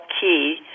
key